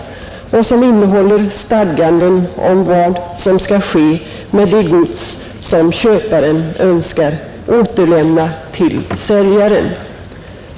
Denna paragraf innehåller stadgande om vad som skall ske med det gods som köparen önskar återlämna till säljaren.